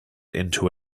into